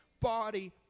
body